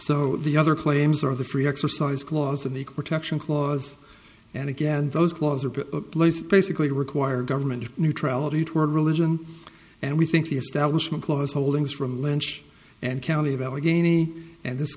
so the other claims are the free exercise clause in the protection clause and again those laws are but basically require government neutrality toward religion and we think the establishment clause holdings from lynch and county of allegheny and this